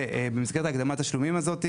ובמסגרת הגנת תשלומים הזאת,